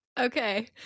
okay